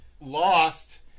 lost